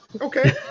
Okay